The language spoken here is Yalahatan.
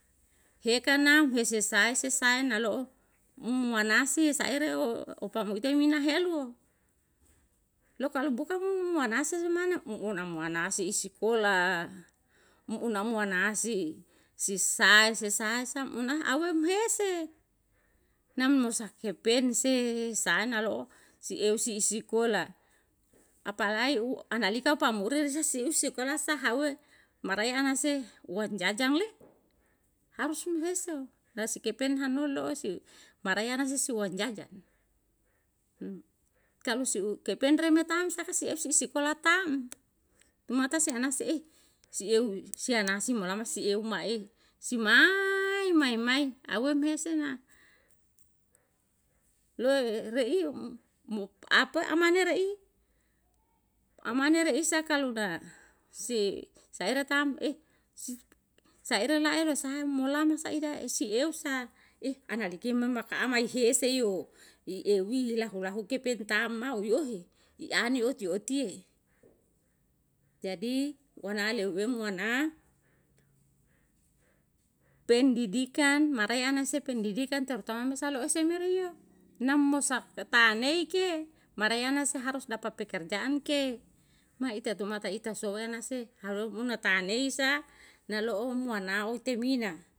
Heka nau hese sai sesai naloo umanasi seere o opamute minahelu loka buka mo manase mana muna manasi isi iskola muna manasi sisae sisasa muna awemhese namusah kepense sana lo siew si isikola apalae u analika pamuri risi usikalaha hue marea anase uang jajang le harus muhese sasikepen hanulo si marea nasi su uang jajan kalo su kependre matam sahasi efisi isikola taem. Matasianasi ih si euw sianasi malama siew ma eh simaaa mae-mae awum hese na reiuw mup apa amanere i, manaeri isa kalu da si saeratam ih si saera laelosamo lama saija isi euw sa ih ama liki mamaka amahi esi yeo i ewi lahulahu kepenta mau wiohi in aniutyu uti jadi wanaleu wemu ana pendidikan marianase pendidikan terutama misal ohsemere yeo namosa petanike marianasa harus dapa pekerjaan ke maitatumata ita sowana se harun unata taneisa naloomua nau temina.